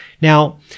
Now –